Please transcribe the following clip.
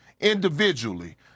individually